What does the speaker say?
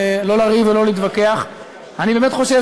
אני שמח קצת לעמוד פה היום עם הצעה